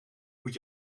moet